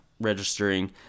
registering